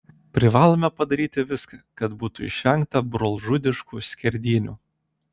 privalome padaryti viską kad būtų išvengta brolžudiškų skerdynių